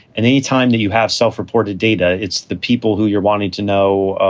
and anytime that you have self reported data, it's the people who you're wanting to know,